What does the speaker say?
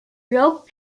rouge